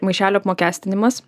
maišelių apmokestinimas